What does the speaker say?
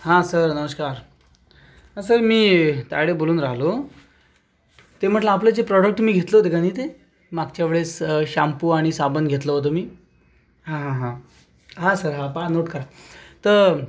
हा सर नमस्कार सर मी तायडे बोलून राहिलो ते म्हटलं आपलं जे प्रॉडक्ट मी घेतलं होतं कनी ते मागच्यावेळेस शॅम्पू आणि साबण घेतलं होतं मी हा हा हा हा सर हा पहा नोट करा त